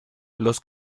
los